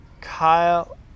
Kyle